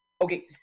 Okay